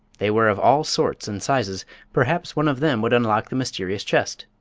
they were of all sorts and sizes perhaps one of them would unlock the mysterious chest!